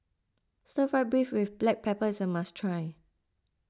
Stir Fried Beef with Black Pepper is a must try